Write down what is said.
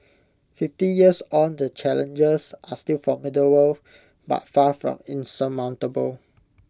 fifty years on the challenges are still formidable but far from insurmountable